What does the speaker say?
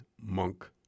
Monk